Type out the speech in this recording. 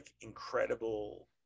incredible